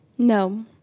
No